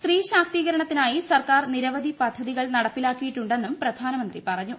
സ്ത്രീശാക്തീകരണത്തിനായി സർക്കാർ നിരവധി പദ്ധതികൾ നടപ്പിലാക്കിയിട്ടുണ്ടെന്നും പ്രധാനമന്ത്രി പറഞ്ഞു